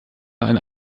einen